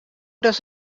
das